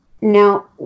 Now